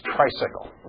tricycle